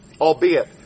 Albeit